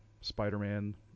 Spider-Man